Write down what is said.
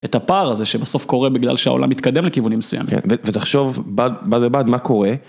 את הפער הזה שבסוף קורה בגלל שהעולם מתקדם לכיוונים מסוימים. ותחשוב בד בבד מה קורה.